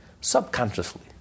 Subconsciously